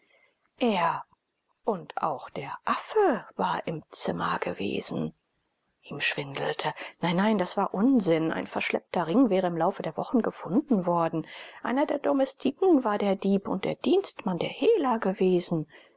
er und auch der affe war im zimmer gewesen ihm schwindelte nein nein das war unsinn ein verschleppter ring wäre im laufe der wochen gefunden worden einer der domestiken war der dieb und der dienstmann der hehler gewesen